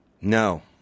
no